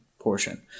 portion